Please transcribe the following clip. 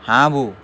হাঁহবোৰ